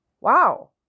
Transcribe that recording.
Wow